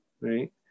right